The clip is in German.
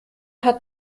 hat